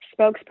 spokesperson